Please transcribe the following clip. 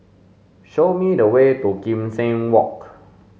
show me the way to Kim Seng Walk